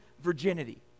virginity